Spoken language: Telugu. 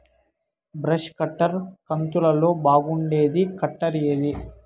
బ్రష్ కట్టర్ కంతులలో బాగుండేది కట్టర్ ఏది?